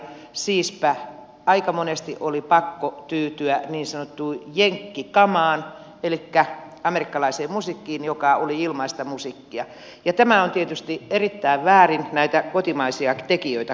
siispä aika monesti oli pakko tyytyä niin sanottuun jenkkikamaan elikkä amerikkalaiseen musiikkiin joka oli ilmaista musiikkia ja tämä on tietysti erittäin väärin näitä kotimaisia tekijöitä kohtaan